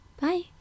Bye